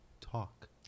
talk